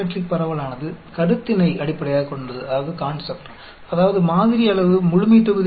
हम उनमें से प्रत्येक को अधिक विस्तार से देखेंगे